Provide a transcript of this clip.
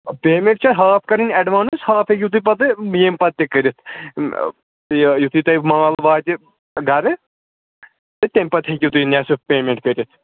payment چھےٚ half کَرٕنۍ advance half ہیٚکِو تُہۍ پَتہٕ ییٚمہِ پَتہٕ تہِ کٔرِتھ یہِ یُتھُے تۄہہِ مال واتہِ گَرٕ تہٕ تَمۍ پَتہٕ ہیٚکِو تُہۍ نٮ۪صٕف پیمٮ۪نٛٹ کٔرِتھ